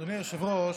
אדוני היושב-ראש,